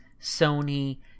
Sony